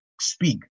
speak